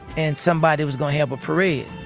and somebody was going to have a parade